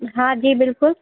हा जी बिल्कुलु